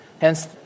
Hence